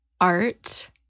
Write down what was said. art